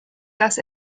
das